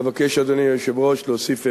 אבקש, אדוני היושב-ראש, להוסיף הערה,